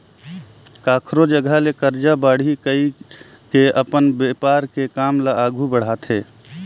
कखरो जघा ले करजा बाड़ही कइर के अपन बेपार के काम ल आघु बड़हाथे